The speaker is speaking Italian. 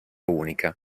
unica